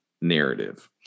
narrative